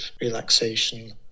relaxation